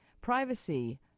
privacy